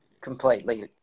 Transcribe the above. completely